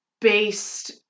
based